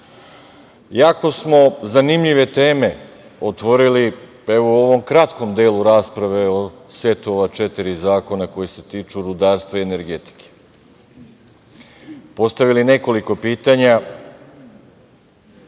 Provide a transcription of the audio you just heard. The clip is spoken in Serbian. putu. Jako smo zanimljive teme otvorili, evo u ovom kratkom delu rasprave o setu ova četiri zakona koji se tiču rudarstva i energetike. Postavili nekoliko pitanja